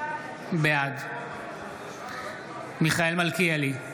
בעד מיכאל מלכיאלי,